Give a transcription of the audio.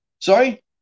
Sorry